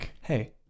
Hey